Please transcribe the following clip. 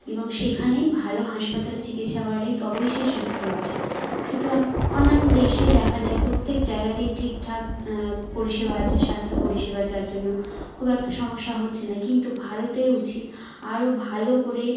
এবং সেখানে ভালো হাসপাতালে চিকিৎসা করালেই তবেই সে সুস্থ হচ্ছে সুতরাং অন্যান্য দেশে দেখা যায় প্রত্যেক জায়গাতেই ঠিকঠাক পরিষেবা আছে স্বাস্থ্যপরিষেবা যার জন্য খুব একটা সমস্যা হচ্ছে না কিন্তু ভারতের উচিত আরও ভালো করে